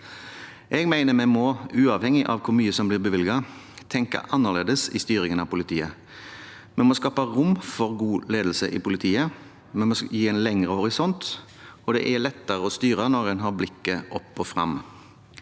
Jeg mener at vi, uavhengig av hvor mye som blir bevilget, må tenke annerledes i styringen av politiet. Vi må skape rom for god ledelse i politiet, og vi må gi en lengre horisont. Det er lettere å styre når en har blikket opp og frem.